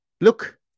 look